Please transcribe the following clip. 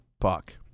puck